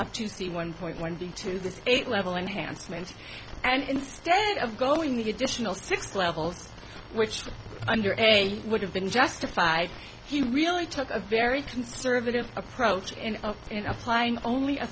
have to see one point one b to this eight level enhancement and instead of going the additional six levels which under a would have been justified he really took a very conservative approach in in applying only a